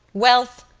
wealth,